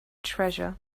treasure